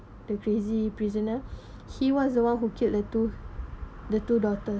the crazy prisoner he was the one who killed the two the two daughter